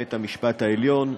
בית המשפט העליון,